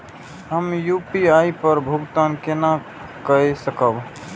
हम यू.पी.आई पर भुगतान केना कई सकब?